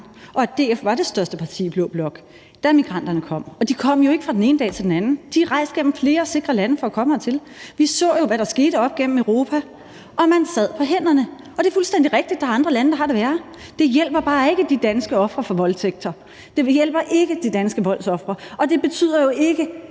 at Venstre havde magten, og at DF var det største parti i blå blok, da migranterne kom. De kom jo ikke fra den ene dag til den anden. De rejste gennem flere sikre lande for at komme hertil. Vi så jo, hvad der skete op igennem Europa, og man sad på hænderne. Det er fuldstændig rigtigt, at der er andre lande, der har det værre. Det hjælper bare ikke de danske ofre for voldtægt, det hjælper ikke de danske voldsofre, og det betyder jo ikke,